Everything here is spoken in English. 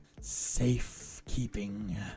Safekeeping